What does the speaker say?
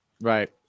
Right